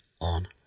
on